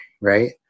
right